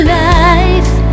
life